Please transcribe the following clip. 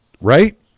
Right